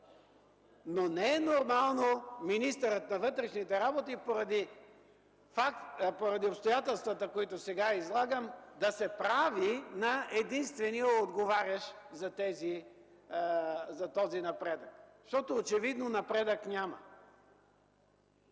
Но не е нормално министърът на вътрешните работи поради обстоятелствата, които сега излагам, да се прави на единствения, отговарящ за този напредък, защото очевидно напредък няма.